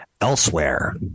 Elsewhere